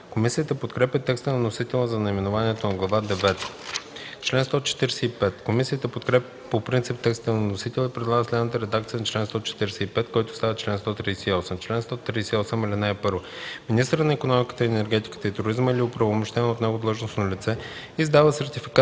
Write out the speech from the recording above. Комисията подкрепя текста на вносителя за наименованието на Глава девета. Комисията подкрепя по принцип текста на вносителя и предлага следната редакция на чл. 145, който става чл. 138: „Чл. 138. (1) Министърът на икономиката, енергетиката и туризма или оправомощено от него длъжностно лице издава сертификат